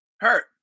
Hurt